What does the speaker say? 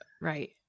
Right